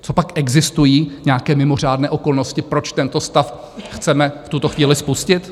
Copak existují nějaké mimořádné okolnosti, proč tento stav chceme v tuto chvíli spustit?